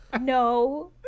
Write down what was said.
No